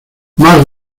más